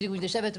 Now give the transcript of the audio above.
בדיוק מתיישבת,